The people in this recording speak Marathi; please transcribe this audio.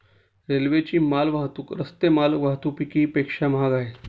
रेल्वेची माल वाहतूक रस्ते माल वाहतुकीपेक्षा महाग आहे